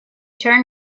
turned